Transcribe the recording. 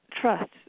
trust